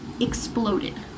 exploded